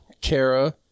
Kara